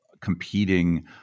competing